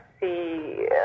see